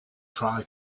try